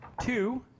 Two